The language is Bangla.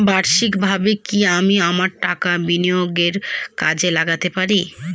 বার্ষিকভাবে কি আমি আমার টাকা বিনিয়োগে কাজে লাগাতে পারি?